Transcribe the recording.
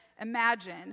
imagine